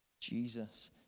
Jesus